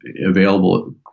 available